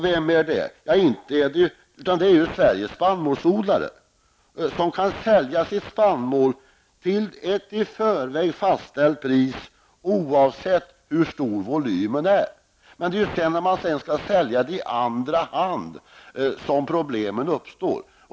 Vem är det? Det är ju Sveriges spannmålsodlare, som kan sälja sin spannmål till ett i förväg fastställt pris, oavsett hur stor volymen är. Det är då man skall sälja i andra hand som problemen uppstår.